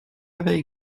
avais